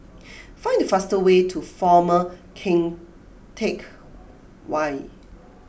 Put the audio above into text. find the fastest way to Former Keng Teck Whay